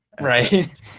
Right